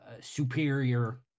Superior